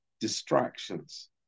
distractions